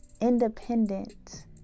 independent